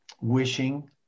wishing